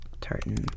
tartan